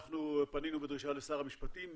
אנחנו פנינו בדרישה לשר המשפטים,